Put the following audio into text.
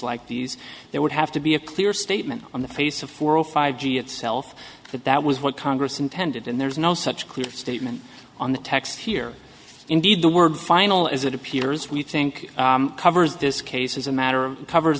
like these there would have to be a clear statement on the face of for all five g itself that that was what congress intended and there is no such clear statement on the text here indeed the word final as it appears we think covers this case is a matter of covers